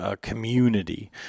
community